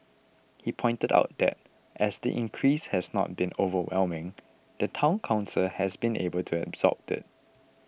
he pointed out that as the increase has not been overwhelming the Town Council has been able to absorb it